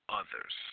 others